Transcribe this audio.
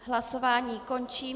Hlasování končím.